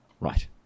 Right